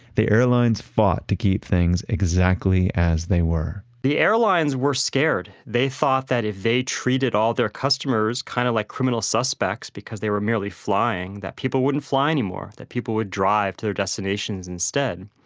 airlines fought to keep things exactly as they were the airlines were scared, they thought that if they treated all their customers kind of like criminal suspects because they were merely flying that people wouldn't fly anymore, that people would drive to their destinations instead.